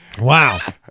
wow